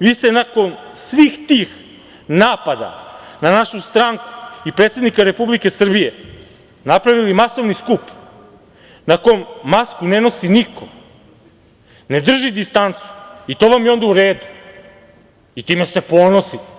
vi ste nakon svih tih napada na našu stranku i predsednika Republike Srbije napravili masovni skup na kom masku ne nosi niko, ne drži distancu i to vam je onda u redu i time se ponosite.